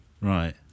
Right